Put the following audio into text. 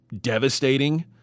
devastating